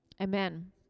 Amen